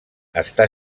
està